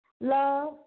love